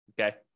Okay